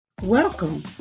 Welcome